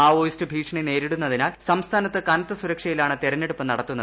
Maoist ഭൂീഷണി നേരിടുന്നതിനാൽ സംസ്ഥാനത്ത് കനത്ത സുരക്ഷയിലാണ് തെരഞ്ഞെടുപ്പ് നടത്തുന്നത്